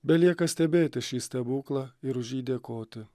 belieka stebėti šį stebuklą ir už jį dėkoti